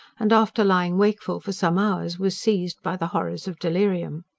and after lying wakeful for some hours was seized by the horrors of delirium.